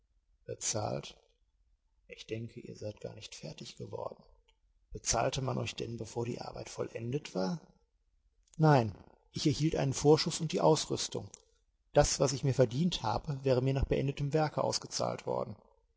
bezahlt ich denke ihr seid gar nicht fertig geworden bezahlte man euch denn bevor die arbeit vollendet war nein ich erhielt einen vorschuß und die ausrüstung das was ich mir verdient habe wäre mir nach beendetem werke ausgezahlt worden